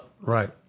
right